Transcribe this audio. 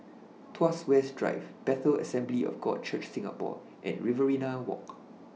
Tuas West Drive Bethel Assembly of God Church Singapore and Riverina Walk